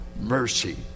mercy